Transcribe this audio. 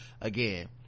again